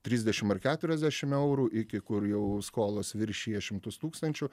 trisdešimt ar keturiasdešimt eurų iki kur jau skolos viršija šimtus tūkstančių